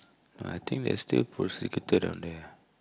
I think that's still pussy kettle down there